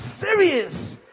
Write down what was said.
serious